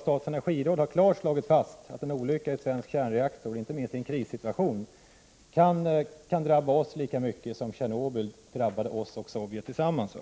Statens energiråd har klart slagit fast att en olycka i en kärnreaktor, inte minst i en krissituation, kan drabba oss lika mycket som Tjernobylolyckan drabbade oss och Sovjet tillsammans.